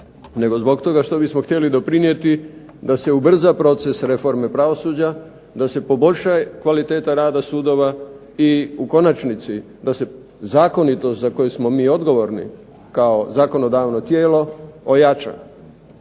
zbog toga što bismo htjeli doprinijeti da se ubrza proces reforme pravosuđa, da se poboljša kvaliteta rada sudova i u konačnici da se zakonitost za koje smo mi odgovorni kao zakonodavno tijelo ojača.